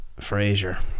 Frasier